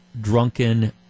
drunken